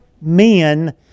men